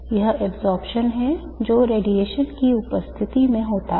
यह absorption है जो रेडिएशन की उपस्थिति में होता है